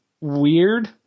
weird